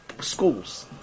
schools